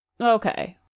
Okay